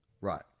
Right